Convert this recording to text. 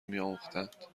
میآموختند